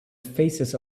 faces